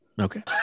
Okay